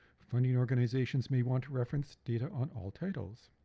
funding organizations may want to reference data on all titles.